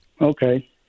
Okay